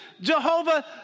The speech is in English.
Jehovah